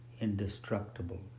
indestructible